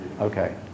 Okay